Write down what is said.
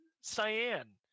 Cyan